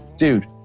dude